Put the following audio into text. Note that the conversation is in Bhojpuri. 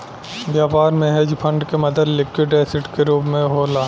व्यापार में हेज फंड के मदद लिक्विड एसिड के रूप होला